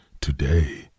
today